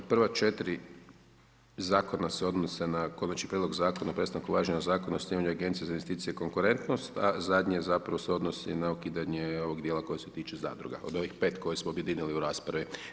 Prva 4 zakona se odnose na Konačni prijedlog Zakona o prestanku važenja Zakona o osnivanju Agencije za investicije i konkurentnost, a zadnje zapravo se odnosi na ukidanje ovog dijela koji se tiče zadruga, od ovih 5 koje smo objedinili u raspravi.